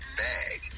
bag